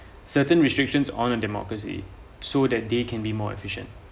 certain restrictions on a democracy so that they can be more efficient